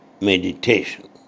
meditation